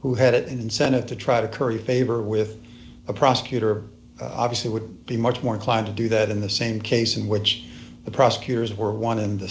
who had an incentive to try to curry favor with a prosecutor obviously would be much more inclined to do that in the same case in which the prosecutors were one and the